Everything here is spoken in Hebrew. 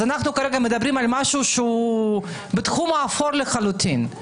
אז אנחנו מדברים כרגע על משהו שהוא בתחום האפור לחלוטין.